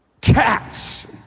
cats